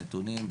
הנתונים,